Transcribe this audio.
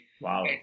Wow